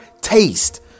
taste